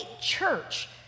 church